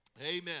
Amen